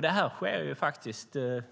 Detta sker